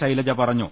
ശൈലജ പറഞ്ഞു